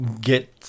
get